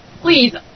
Please